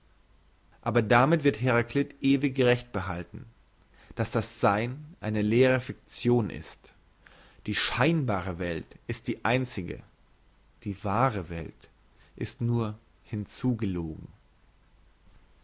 aber damit wird heraklit ewig recht behalten dass das sein eine leere fiktion ist die scheinbare welt ist die einzige die wahre welt ist nur